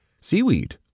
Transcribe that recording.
Seaweed